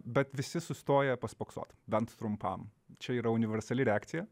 bet visi sustoja paspoksot bent trumpam čia yra universali reakcija